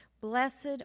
Blessed